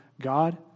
God